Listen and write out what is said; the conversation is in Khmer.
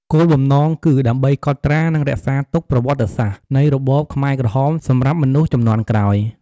គោលបំំណងគឺ ដើម្បីកត់ត្រា និងរក្សាទុកប្រវត្តិសាស្ត្រនៃរបបខ្មែរក្រហមសម្រាប់មនុស្សជំនាន់ក្រោយ។